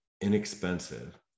inexpensive